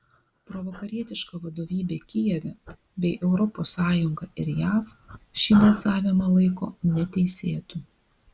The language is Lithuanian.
provakarietiška vadovybė kijeve bei europos sąjunga ir jav šį balsavimą laiko neteisėtu